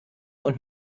und